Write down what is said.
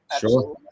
sure